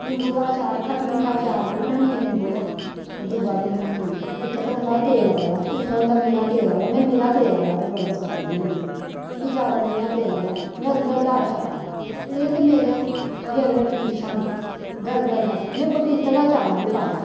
निम्बू दा अचार खट्ट मिट्ठा अचार बी बनान्नी आं निम्बू दा ते दूआ बी बनान्नी ऐं इक ते होंदा तेल वाला ते इक होंदा बिना तेल आह्ला में बिना तेल आह्ला बी बड़ा सोआद बनान्नी आं मी जैदा बिना तेल आह्ला गरगल दा अचार एह् ते मेरियां फेवरट डिशां न गरगल दा में पपीते दा अचार बी पाया